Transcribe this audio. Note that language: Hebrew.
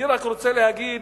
אני רק רוצה להגיד